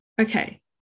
okay